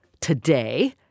today